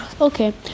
Okay